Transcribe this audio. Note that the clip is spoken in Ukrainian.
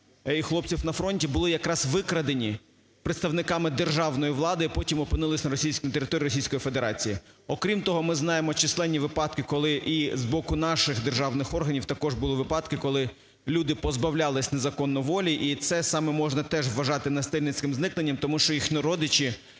хлопців на фронті були якраз викрадені представниками державної влади, а потім опинились на російській… території Російської Федерації. Окрім того, ми знаємо численні випадки, коли і з боку наших державних органів також були випадки, коли люди позбавлялись незаконно волі. І це саме можна теж вважати насильницьким зникненням, тому що їхні родичі